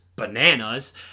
bananas